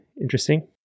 interesting